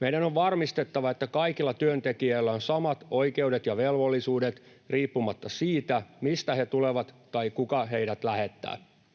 Meidän on varmistettava, että kaikilla työntekijöillä on samat oikeudet ja velvollisuudet riippumatta siitä, mistä he tulevat tai kuka heidät lähettää.